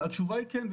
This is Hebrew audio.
כן.